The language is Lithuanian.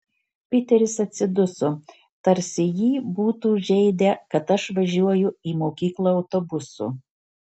piteris atsiduso tarsi jį būtų žeidę kad aš važiuoju į mokyklą autobusu